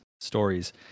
stories